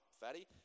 Fatty